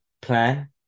Plan